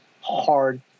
hard